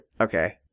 Okay